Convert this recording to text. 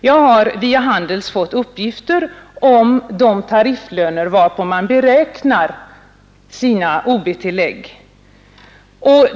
Jag har via Handels fått uppgifter om de tarifflöner varpå man inom detaljhandeln beräknar sina ob-tillägg.